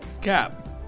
Cap